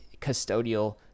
custodial